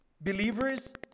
Believers